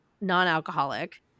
non-alcoholic